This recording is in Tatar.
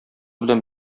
белән